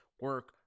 Work